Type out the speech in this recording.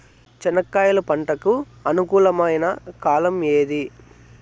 చెనక్కాయలు పంట కు అనుకూలమా కాలం ఏది?